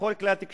בכל כלי התקשורת.